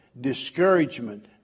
discouragement